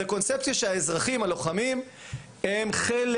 זאת קונספציה שלפיה האזרחים הלוחמים הם חלק